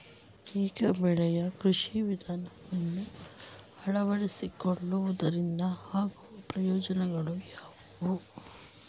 ಏಕ ಬೆಳೆಯ ಕೃಷಿ ವಿಧಾನವನ್ನು ಅಳವಡಿಸಿಕೊಳ್ಳುವುದರಿಂದ ಆಗುವ ಪ್ರಯೋಜನಗಳು ಯಾವುವು?